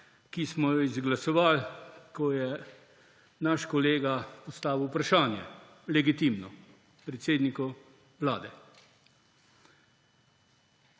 ki smo jo izglasovali, ko je naš kolega postavil vprašanje. Legitimno, predsedniku Vlade.